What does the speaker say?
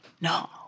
No